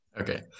Okay